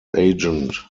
agent